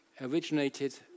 originated